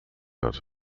hat